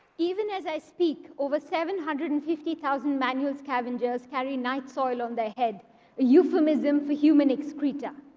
even as i speak, over seven hundred and fifty thousand manual scavengers carry night soil on their head, a euphemism for human excreta.